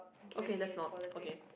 okay let's not okay